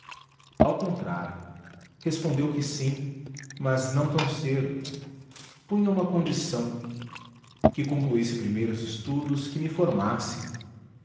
ao contrário respondeu que sim mas não tão cedo punha uma condição que concluísse primeiro os estudos que me formasse